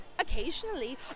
Occasionally